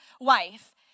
wife